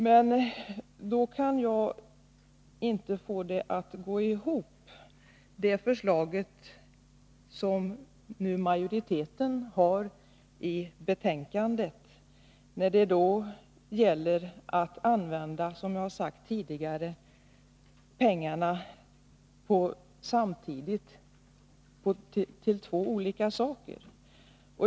Men jag kan inte få det att gå ihop med det förslag som utskottsmajoriteten har i betänkandet. Där gäller det, som jag har sagt tidigare, att samtidigt använda pengarna till två olika saker.